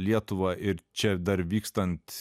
lietuvą ir čia dar vykstant